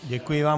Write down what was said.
Děkuji vám.